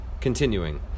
continuing